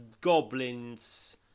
goblins